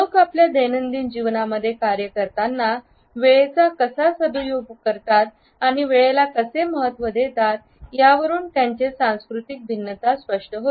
लोक आपल्या दैनंदिन जीवनामध्ये कार्य करताना वेळेचा कसा सदुपयोग करतात आणि वेळेला कसे महत्त्व देतात यावरून त्यांचे सांस्कृतिक भिन्नता स्पष्ट होते